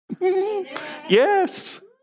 Yes